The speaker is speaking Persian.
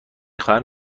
خواهم